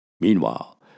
Meanwhile